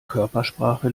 körpersprache